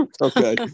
Okay